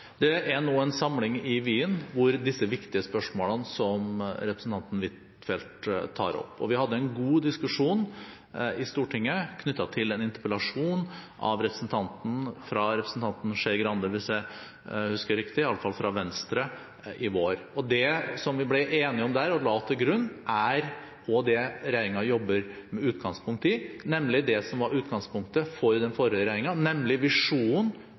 Det er nå en samling i Wien om disse viktige spørsmålene som representanten Huitfeldt tar opp, og vi hadde en god diskusjon i Stortinget knyttet til en interpellasjon fra representanten Skei Grande, hvis jeg husker riktig – i alle fall fra Venstre – i vår. Det vi ble enige om der, og la til grunn, og som regjeringen jobber med utgangspunkt i – nemlig det som også var utgangspunktet for den forrige regjeringen – var visjonen